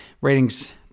Ratings